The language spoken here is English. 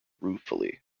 ruefully